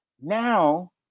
Now